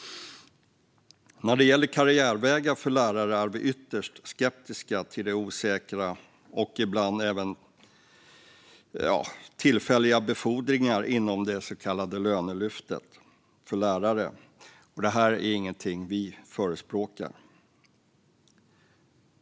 När det gäller karriärvägar för lärare är vi ytterst skeptiska till de osäkra och ibland även tillfälliga befordringarna inom det så kallade lärarlönelyftet. Detta är ingenting som vi förespråkar.